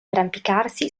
arrampicarsi